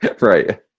Right